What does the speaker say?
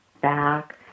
back